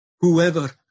whoever